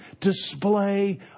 display